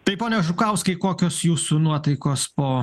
tai pone žukauskai kokios jūsų nuotaikos po